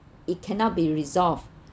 it cannot be resolved